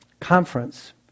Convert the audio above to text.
conference